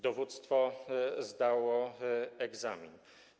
Dowództwo zdało egzamin.